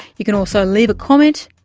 you can also and leave a comment,